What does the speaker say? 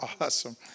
awesome